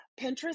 Pinterest